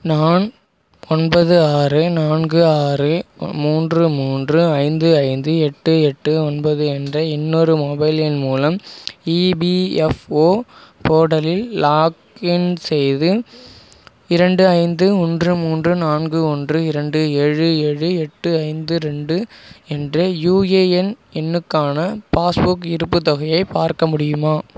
நான் ஒன்பது ஆறு நான்கு ஆறு மூன்று மூன்று ஐந்து ஐந்து எட்டு எட்டு ஒன்பது என்ற இன்னொரு மொபைல் எண் மூலம் இபிஎஃப்ஓ போர்ட்டலில் லாக்இன் செய்து இரண்டு ஐந்து ஒன்று மூன்று நான்கு ஒன்று இரண்டு ஏழு ஏழு எட்டு ஐந்து ரெண்டு என்ற யுஏஎன் எண்ணுக்கான பாஸ்புக் இருப்புத் தொகையை பார்க்க முடியுமா